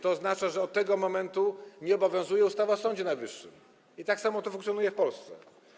To oznacza, że od tego momentu nie obowiązuje ustawa o Sądzie Najwyższym i tak samo to funkcjonuje w Polsce.